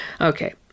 Okay